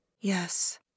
Yes